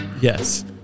Yes